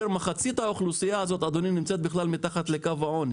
ומחצית מהאוכלוסייה הזאת נמצאת מתחת לקו העוני.